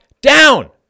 down